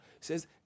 says